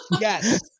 Yes